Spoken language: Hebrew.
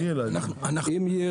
כן, אנחנו.